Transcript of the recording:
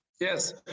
Yes